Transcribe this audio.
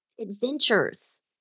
adventures